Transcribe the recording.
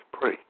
pray